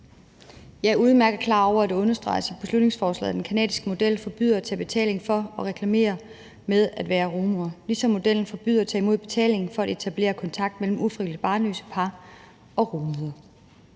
Jeg er udmærket klar over, at det understreges i beslutningsforslaget, at den canadiske model forbyder at tage betaling for og reklamere med at være rugemor, ligesom modellen forbyder at tage imod betaling for at etablere kontakt mellem ufrivilligt barnløse par og rugemor.